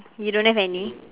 you don't have any